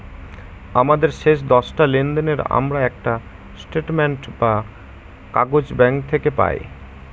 আমাদের শেষ দশটা লেনদেনের আমরা একটা স্টেটমেন্ট বা কাগজ ব্যাঙ্ক থেকে পেতে পাই